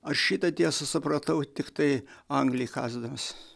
aš šitą tiesą supratau tiktai anglį kasdamas